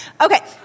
Okay